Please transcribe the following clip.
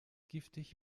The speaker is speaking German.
giftig